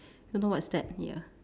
don't know what is that ya